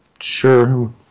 Sure